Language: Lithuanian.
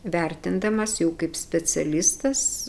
vertindamas jau kaip specialistas